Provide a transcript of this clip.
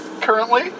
currently